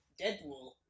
Deadpool